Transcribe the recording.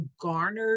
garnered